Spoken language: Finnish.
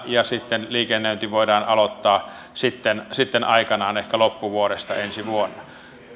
ja liikennöinti voidaan aloittaa sitten sitten aikanaan ehkä loppuvuodesta ensi vuonna